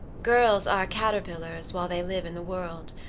girls are caterpillars while they live in the world,